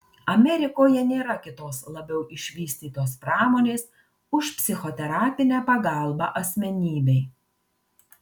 amerikoje nėra kitos labiau išvystytos pramonės už psichoterapinę pagalbą asmenybei